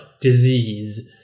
disease